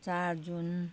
चार जुन